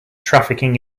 trafficking